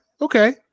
Okay